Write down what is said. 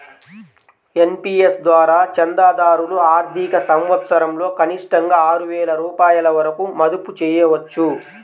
NPS ద్వారా చందాదారులు ఆర్థిక సంవత్సరంలో కనిష్టంగా ఆరు వేల రూపాయల వరకు మదుపు చేయవచ్చు